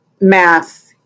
math